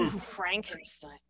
Frankenstein